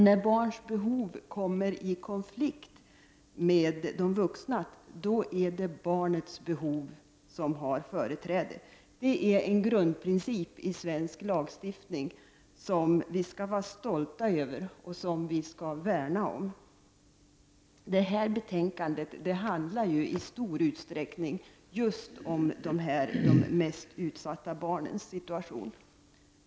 När barnens behov kommer i konflikt med de vuxnas är det barnens behov som har företräde. Detta är en grundprincip i svensk lag stiftning som vi skall vara stolta över och som vi skall värna om. Detta betänkande handlar i stor utsträckning just om de mest utsatta barnens situation.